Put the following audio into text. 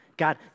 God